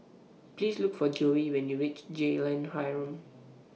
Please Look For Joye when YOU REACH Jalan Harum